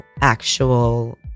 actual